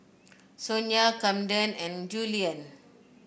Sonya Kamden and Julian